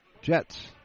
Jets